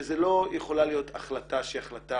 שזה לא יכולה להיות החלטה שהיא החלטה